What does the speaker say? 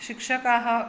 शिक्षकाः